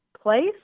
place